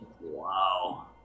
wow